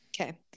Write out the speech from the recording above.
Okay